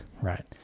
right